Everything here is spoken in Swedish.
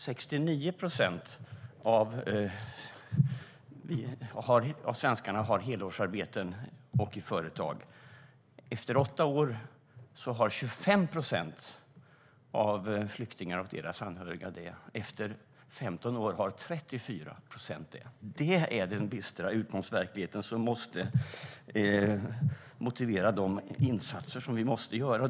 69 procent av svenskarna, inklusive företagare, har helårsarbeten. Efter åtta år har 25 procent av flyktingarna och deras anhöriga jobb. Efter 15 år har 34 procent jobb. Det är den bistra utgångsverkligheten som måste motivera vad vi behöver göra.